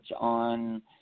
on